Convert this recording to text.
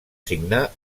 signar